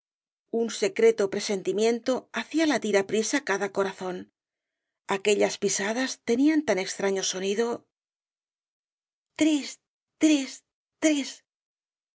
un secreto presentimiento hacía latir aprisa cada corazón aquellas pisadas tenían tan extraño sonido tris tris tris